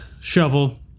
shovel